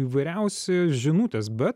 įvairiausi žinutės bet